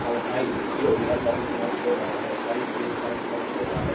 और आई 0 यह current node छोड़ रहा है I 0 करंट नोड छोड़ रहा है